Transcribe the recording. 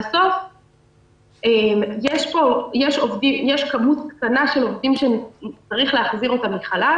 בסוף יש כמות קטנה של עובדים שצריך להחזיר אותם מחל"ת.